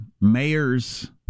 mayors